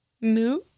No